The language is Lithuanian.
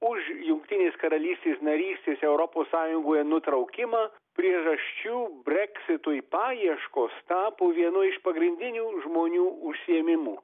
už jungtinės karalystės narystės europos sąjungoje nutraukimą priežasčių breksitui paieškos tapo vienu iš pagrindinių žmonių užsiėmimų